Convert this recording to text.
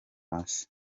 hasi